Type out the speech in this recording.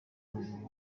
kurinda